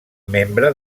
membre